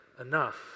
enough